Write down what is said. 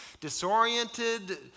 disoriented